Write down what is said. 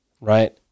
right